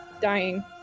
dying